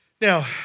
Now